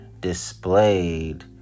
displayed